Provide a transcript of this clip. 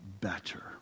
better